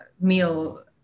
meal